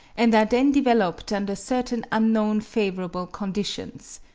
and are then developed under certain unknown favourable conditions.